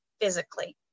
physically